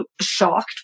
shocked